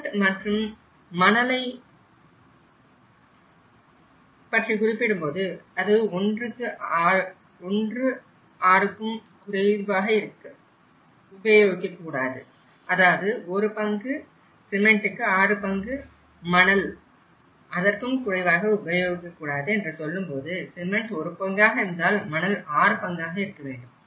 cement மற்றும் மணலை பற்றி குறிப்பிடும்போது 16 க்கும் குறைவாக ஆக உபயோகிக்க கூடாது என்று சொல்லும்போது சிமெண்ட் 1 பங்காக இருந்தால் மணல் 6 பங்காக இருக்க வேண்டும்